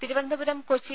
Thiruvananthapuram Kochi